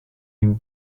une